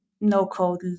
no-code